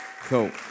Cool